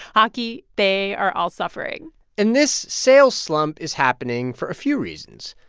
hockey they are all suffering and this sales slump is happening for a few reasons.